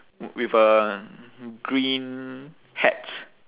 with a green hat